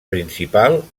principal